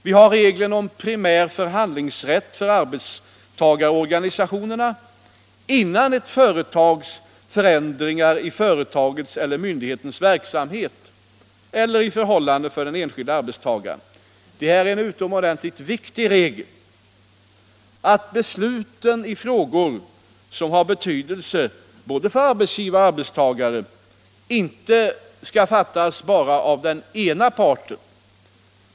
Vi har regeln om primär förhandlingsrätt för arbetstagarorganisationerna innan det sker förändringar i företagets eller myndighetens verksamhet eller i förhållandena för den enskilde arbetstagaren. Det är en utomordentligt viktig regel att besluten i frågor som har betydelse för både arbetsgivare och arbetstagare inte skall fattas bara av den ena parten.